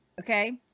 okay